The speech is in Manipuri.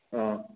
ꯑꯥ